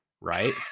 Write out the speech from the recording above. right